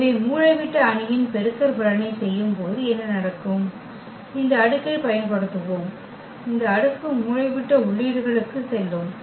எனவே மூலைவிட்ட அணியின் பெருக்கற்பலனை செய்யும்போது என்ன நடக்கும் இந்த அடுக்கைப் பயன்படுத்துவோம் இந்த அடுக்கு மூலைவிட்ட உள்ளீடுகளுக்கு செல்லும்